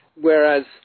Whereas